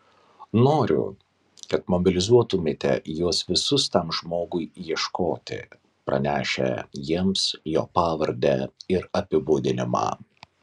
noriu kad mobilizuotumėte juos visus tam žmogui ieškoti pranešę jiems jo pavardę ir apibūdinimą